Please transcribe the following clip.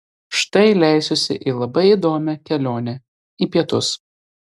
štai leisiuosi į labai įdomią kelionę į pietus